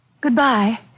Goodbye